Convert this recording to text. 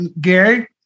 Gary